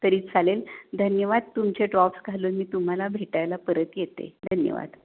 तरी चालेल धन्यवाद तुमचे ड्रॉप्स घालून मी तुम्हाला भेटायला परत येते धन्यवाद